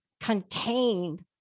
contained